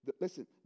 listen